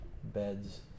beds